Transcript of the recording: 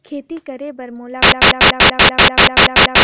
खेती करे बर मोला कोन कस उपाय अपनाये चाही?